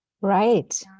Right